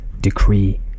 decree